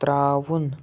ترٛاوُن